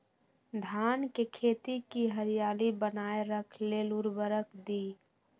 धान के खेती की हरियाली बनाय रख लेल उवर्रक दी?